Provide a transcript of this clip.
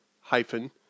hyphen